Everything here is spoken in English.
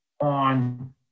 on